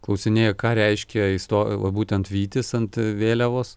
klausinėja ką reiškia isto va būtent vytis ant vėliavos